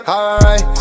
Alright